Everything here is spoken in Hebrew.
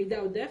מידע עודף.